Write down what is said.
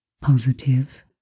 positive